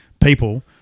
people